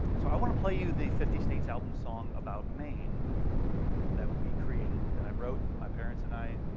so i want to play you the fifty states album song about maine that we created. that i wrote, my parents and i